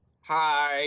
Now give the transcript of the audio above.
Hi